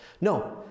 No